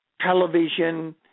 television